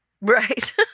Right